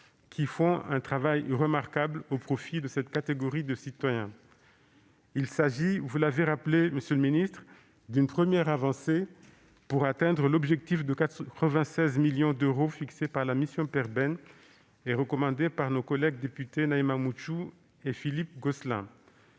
qui font un travail remarquable au profit de cette catégorie de citoyens. Il s'agit- vous l'avez rappelé, monsieur le garde des sceaux -d'une première avancée pour atteindre l'objectif de 96 millions d'euros fixé par la mission Perben et recommandé par nos collègues députés Naïma Moutchou et Philippe Gosselin.